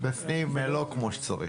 לא כמו שצריך.